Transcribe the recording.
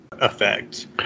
effect